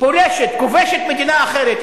כובשת מדינה אחרת.